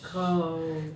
kau